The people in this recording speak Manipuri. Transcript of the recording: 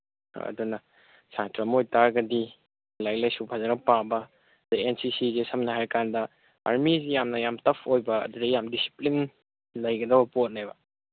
ꯑꯥ ꯑꯗꯨꯅ ꯁꯥꯇ꯭ꯔ ꯑꯃ ꯑꯣꯏ ꯇꯥꯔꯒꯗꯤ ꯂꯥꯏꯔꯤꯛ ꯂꯥꯏꯁꯨ ꯐꯖꯅ ꯄꯥꯕ ꯑꯗꯒꯤ ꯑꯦꯟ ꯁꯤ ꯁꯤꯁꯦ ꯁꯝꯅ ꯍꯥꯏ ꯀꯥꯟꯗ ꯑꯥꯔꯃꯤꯁꯤ ꯌꯥꯝꯅ ꯌꯥꯝ ꯇꯐ ꯑꯣꯏꯕ ꯑꯗꯨꯗ ꯌꯥꯝ ꯗꯤꯁꯤꯄ꯭ꯂꯤꯟ ꯂꯩꯒꯗꯧꯕ ꯄꯣꯠꯅꯦ